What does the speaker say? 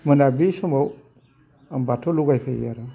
मोनाब्लि समाव आं बाथौ लगाय फैयो आरो